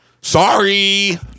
Sorry